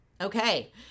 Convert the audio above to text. okay